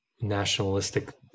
nationalistic